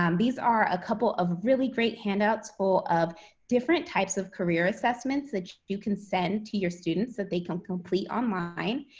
um these are a couple of really great handouts full of different types of career assessments that you can send to your students that they can complete online.